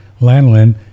lanolin